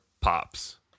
pops